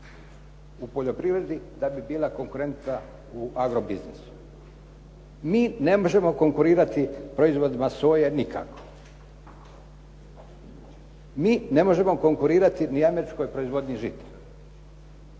u poljoprivredi da bi bila konkurentna u agro biznisu. Mi ne možemo konkurirati proizvodima soje nikako. Mi ne možemo konkurirati ni američkoj proizvodnji žita,